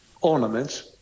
ornaments